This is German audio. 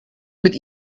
mit